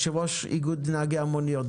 יושב-ראש איגוד נהגי המוניות,